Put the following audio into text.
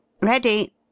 Ready